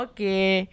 Okay